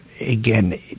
again